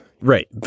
Right